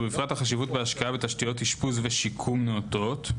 ובפרט החשיבות בהשקעה בתשתיות אשפוז ושיקום נאותות,